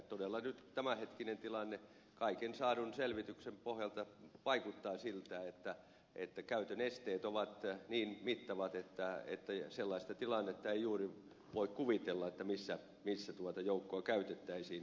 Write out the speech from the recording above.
todella nyt tämänhetkinen tilanne kaiken saadun selvityksen pohjalta vaikuttaa siltä että käytön esteet ovat niin mittavat että sellaista tilannetta ei juuri voi kuvitella missä tuota joukkoa käytettäisiin